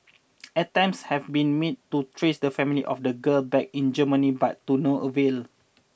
attempts have been made to trace the family of the girl back in Germany but to no avail